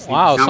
Wow